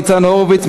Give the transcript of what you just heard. ניצן הורוביץ,